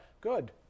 Good